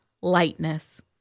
lightness